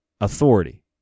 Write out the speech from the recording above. authority